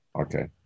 Okay